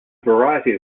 variety